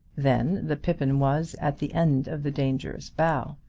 then the pippin was at the end of the dangerous bough.